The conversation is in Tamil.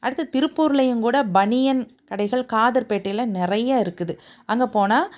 அடுத்தது திருப்பூர்லையும் கூட பனியன் கடைகள் காதர்பேட்டையில் நிறைய இருக்குது அங்கே போனால்